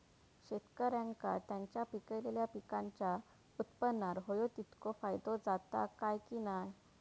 शेतकऱ्यांका त्यांचा पिकयलेल्या पीकांच्या उत्पन्नार होयो तितको फायदो जाता काय की नाय?